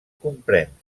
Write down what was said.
comprèn